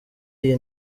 iyi